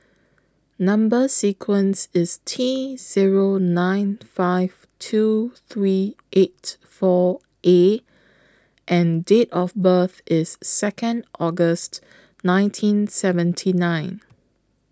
Number sequence IS T Zero nine five two three eight four A and Date of birth IS Second August nineteen seventy nine